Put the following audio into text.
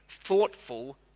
thoughtful